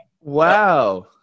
Wow